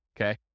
Okay